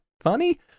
funny